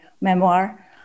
memoir